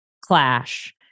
clash